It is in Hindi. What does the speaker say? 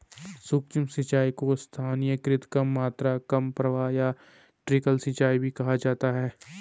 सूक्ष्म सिंचाई को स्थानीयकृत कम मात्रा कम प्रवाह या ट्रिकल सिंचाई भी कहा जाता है